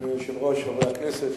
אדוני היושב-ראש, חברי הכנסת,